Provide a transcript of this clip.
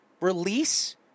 Release